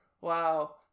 Wow